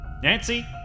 Nancy